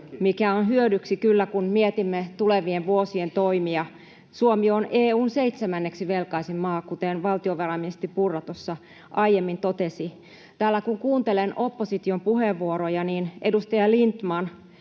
mikä on kyllä hyödyksi, kun mietimme tulevien vuosien toimia. Suomi on EU:n seitsemänneksi velkaisin maa, kuten valtiovarainministeri Purra tuossa aiemmin totesi. Täällä kun kuuntelen opposition puheenvuoroja, niin, edustaja Lindtman,